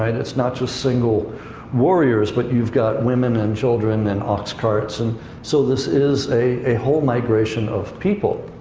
and it's not just single warriors, but you've got women and children and ox carts. and so this is a, a whole migration of people.